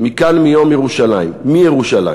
לירושלים, מכאן, מיום ירושלים, מירושלים,